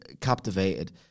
Captivated